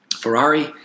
Ferrari